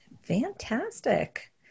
Fantastic